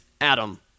Adam